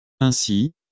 Ainsi